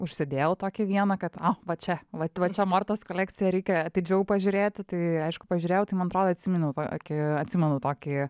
užsidėjau tokį vieną kad o va čia va va čia martos kolekcija reikia atidžiau pažiūrėti tai aišku pažiūrėjau tai man atrodo atsiminiau tokį atsimenu tokį